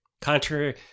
contrary